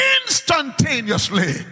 Instantaneously